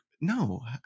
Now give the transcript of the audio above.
no